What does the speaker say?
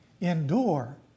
Endure